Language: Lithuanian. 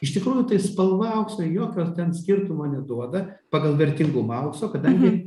iš tikrųjų tai spalva auksui jokio ten skirtumo neduoda pagal vertingumą aukso kadangi